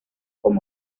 como